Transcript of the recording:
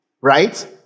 right